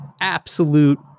absolute